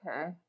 Okay